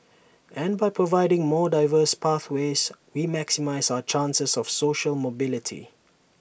and by providing more diverse pathways we maximise our chances of social mobility